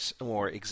more